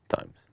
times